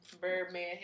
Birdman